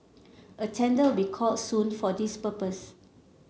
a tender will be called soon for this purpose